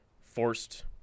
forced